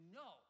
no